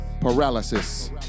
Paralysis